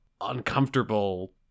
uncomfortable